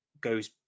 goes